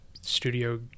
Studio